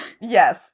Yes